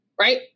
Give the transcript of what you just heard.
Right